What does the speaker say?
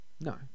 No